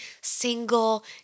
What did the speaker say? single